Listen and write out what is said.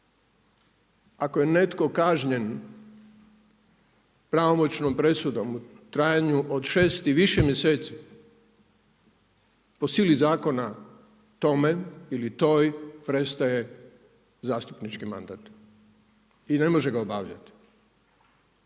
Ako je netko kažnjen pravomoćnom presudom u trajanju od šest i više mjeseci po sili zakona tome ili toj prestaje zastupnički mandat i ne može ga obavljati.